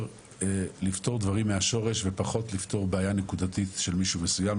לפתור דברים מהשורש ופחות לפתור בעיה נקודתית של מישהו מסוים.